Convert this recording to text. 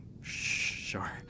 Sure